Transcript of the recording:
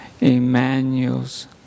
Emmanuel's